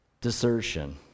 desertion